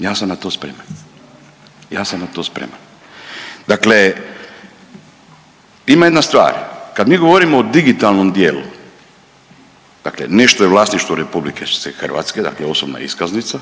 Ja sam na to spreman, ja sam na to spreman. Dakle, ima jedna stvar. Kad mi govorimo o digitalnom dijelu, dakle nešto je vlasništvo Republike Hrvatske, dakle osobna iskaznica